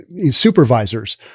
supervisors